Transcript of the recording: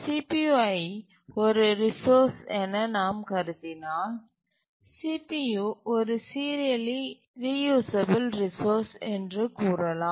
CPU ஐ ஒரு resource என நாம் கருதினால் CPU ஒரு சீரியலி ரியூசபில் ரிசோர்ஸ் என்று கூறலாம்